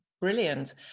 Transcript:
Brilliant